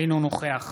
אינו נוכח